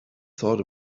thought